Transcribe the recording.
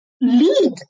lead